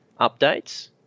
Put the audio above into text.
updates